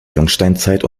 jungsteinzeit